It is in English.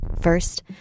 First